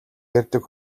ярьдаг